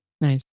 Nice